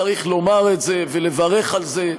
צריך לומר את זה ולברך על זה,